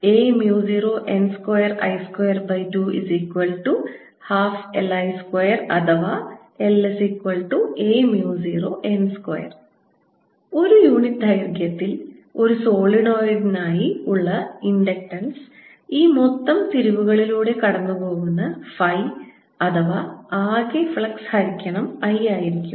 a0n2I2212LI2അഥവാ La0n2 ഒരു unit ദൈർഘ്യത്തിൽ ഒരു സോളിനോയിഡിനായി ഉള്ള ഇൻഡക്റ്റൻസ് ഈ മൊത്തം തിരിവുകളിലൂടെ കടന്നുപോകുന്ന ഫൈ അഥവാ ആകെ ഫ്ലക്സ് ഹരിക്കണം I ആയിരിക്കും